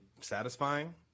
satisfying